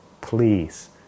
please